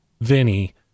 Vinny